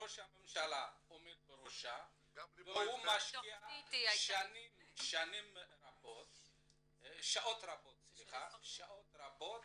והוא משקיע שעות רבות